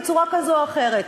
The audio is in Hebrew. בצורה כזו או אחרת,